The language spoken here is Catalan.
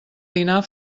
dinar